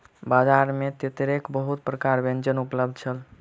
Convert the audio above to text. बजार में तेतैरक बहुत प्रकारक व्यंजन उपलब्ध छल